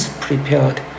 prepared